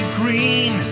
green